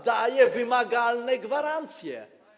daje wymagalne gwarancje.